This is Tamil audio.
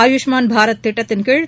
ஆயுஷ்மான் பாரத் திட்டத்தின் கீழ்